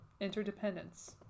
Interdependence